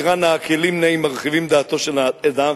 דירה נאה וכלים נאים מרחיבים דעתו של האדם,